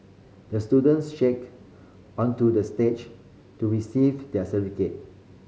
the student onto the stage to receive their certificate